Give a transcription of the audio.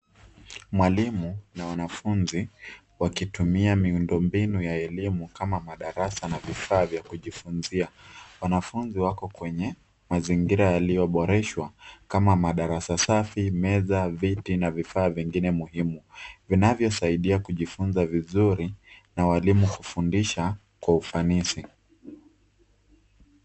Mwalimu na wanafunzi wakitumia miundo mbinu ya elimu kama madarasa na vifaa vya kujifunzia. Wanafunzi wako kwenye mazingira yaliyoboreshwa kama madarasa safi, meza, viti na vifaa vingine muhimu vinavyosaidia kujifunza vizuri na walimu kufundisha kwa ufanisi.